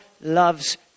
loves